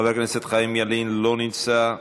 חבר הכנסת חיים ילין, לא נמצא.